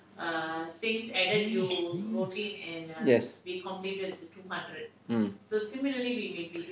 yes mm